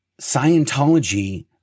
Scientology